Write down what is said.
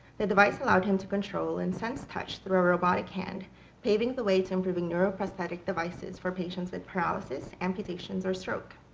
the device allowed him to control and sense touch through a robotic hand paving the way to improving neuroprosthetic devices for patients with paralysis, amputations, or stroke.